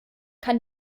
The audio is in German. kann